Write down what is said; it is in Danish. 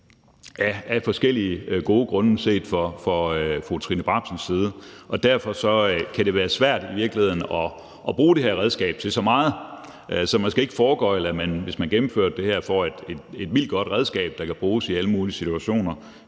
af forskellige gode grunde set fra fru Trine Bramsens side. Derfor kan det i virkeligheden være svært at bruge det her redskab til så meget. Så man skal ikke foregøgle, at man, hvis man gennemførte det her, ville få et vildt godt redskab, der kan bruges i alle mulige situationer,